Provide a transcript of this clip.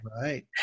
Right